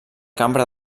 cambra